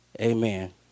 Amen